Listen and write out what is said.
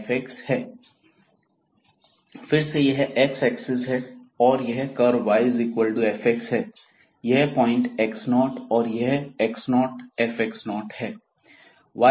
फिर से यह एक्स एक्सिस है और यह कर्व yfx है यह पॉइंट x0 और यह पॉइंटx0 f है